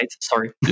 sorry